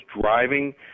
driving